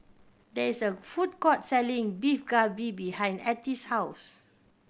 there is a food court selling Beef Galbi behind Ettie's house